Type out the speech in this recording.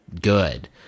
good